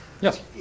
Yes